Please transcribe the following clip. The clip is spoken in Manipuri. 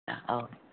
ꯑꯧ